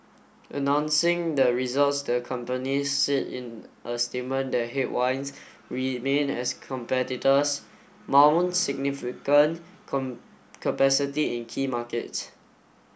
announcing the results the company said in a statement that headwinds remain as competitors mount significant come capacity in key markets